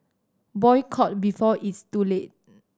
boycott before it's too late